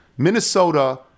Minnesota